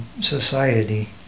society